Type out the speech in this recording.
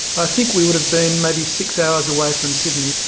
i think we would have been maybe six hours away from sydney.